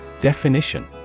Definition